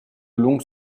longues